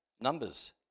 Numbers